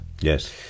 Yes